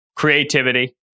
creativity